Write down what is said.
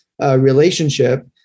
relationship